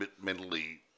mentally